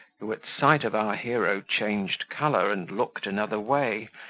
who at sight of our hero changed colour and looked another way,